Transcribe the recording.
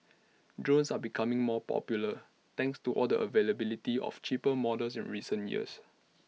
drones are becoming more popular thanks to all the availability of cheaper models in recent years